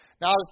Now